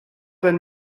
been